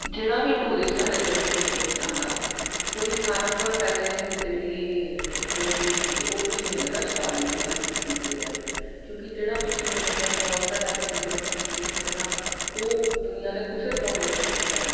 जेह्ड़ा बी टूरिस्ट साढ़े जम्मू कश्मीर च आंदा ओह् दी सारें कोला पैह्ले जेह्ड़ी इक होंदी उम्मीद कि ओह् पश्मीने दा शाल इत्थु दा खरीदियै जाए क्योंकि जेह्ड़ा पश्मीने दा शाल साढ़ा इत्थै जम्मू कश्मीर च मिलदा ओह् दुनिया दे कुसै कोने च निं मिलदा ऐ